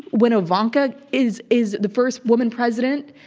when ivanka is is the first woman president,